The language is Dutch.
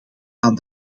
aan